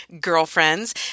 girlfriends